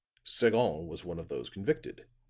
sagon was one of those convicted.